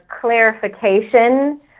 clarification